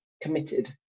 committed